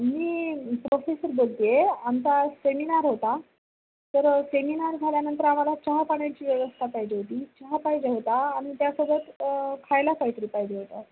मी professor बोलते आहे आमचा सेमिनार होता तर सेमिनार झाल्यानंतर आम्हाला चहापाण्याची व्यवस्था पाहिजे होती चहा पाहिजे होता आणि त्यासोबत खायला कायतरी पाहिजे होतं